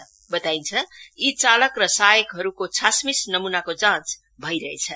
वताइन्छ यी चालक र सहायकहरूको छासमिस नम्नाको जाँच भइरहेछ